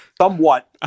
somewhat